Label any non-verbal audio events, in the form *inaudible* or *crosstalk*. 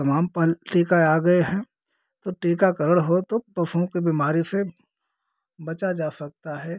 *unintelligible* टीका आ गए हैं तो टीकाकरण हो तो पशुओं की बीमारी से बचा जा सकता है